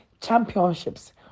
championships